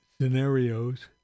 scenarios